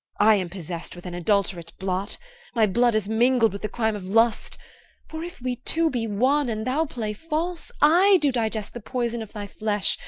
i am possess'd with an adulterate blot my blood is mingled with the crime of lust for if we two be one, and thou play false, i do digest the poison of thy flesh,